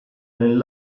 nel